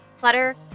Clutter